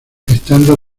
estando